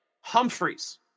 Humphreys